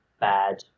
bad